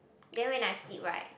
then when I sleep right